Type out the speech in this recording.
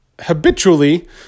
habitually